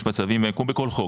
יש מצבים כמו בכל חוק,